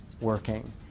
working